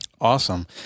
Awesome